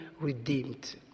redeemed